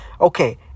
Okay